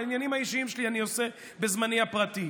העניינים האישיים שלי אני עושה בזמני הפרטי.